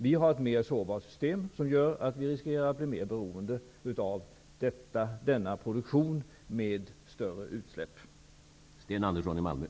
Vårt system är mer sårbart, och det gör att vi riskerar att bli mer beroende av denna produktion med större utsläpp som följd.